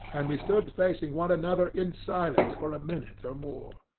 and we stood facing one another in silence for a minute or more,